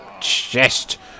chest